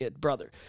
brother